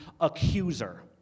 accuser